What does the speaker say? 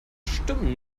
stimmen